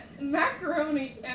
macaroni